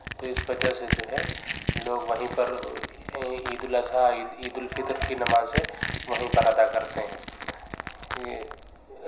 تو اِس وجہ سے جو ہے لوگ وہیں پر عید الاضحیٰ عید الفطر کی نمازیں وہیں پر ادا کرتے ہیں